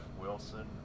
Wilson